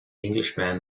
englishman